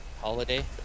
holiday